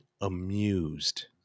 amused